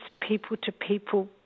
people-to-people